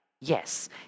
Yes